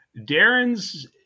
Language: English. Darren's